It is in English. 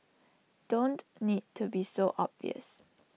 don't need to be so obvious